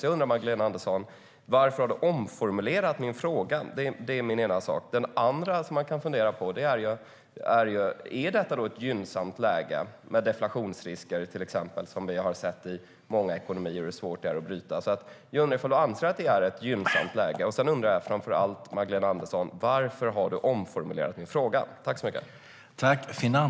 Jag undrar varför du har omformulerat min fråga, Magdalena Andersson. Det är den ena saken. Det andra som jag funderar på är om detta verkligen är ett gynnsamt läge, med deflationsrisker till exempel. Vi har sett i många ekonomier hur svårt det är att bryta det. Jag undrar ifall du anser att det är ett gynnsamt läge. Men framför allt undrar jag varför du har omformulerat min fråga, Magdalena Andersson.